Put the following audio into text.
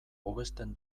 hobesten